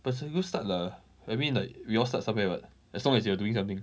but it's a good start lah I mean like we all start somewhere what as long as you are doing something